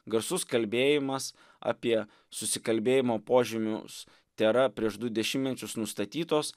garsus kalbėjimas apie susikalbėjimo požymius tėra prieš du dešimtmečius nustatytos